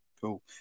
Cool